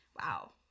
wow